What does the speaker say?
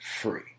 free